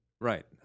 Right